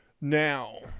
Now